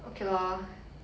okay lor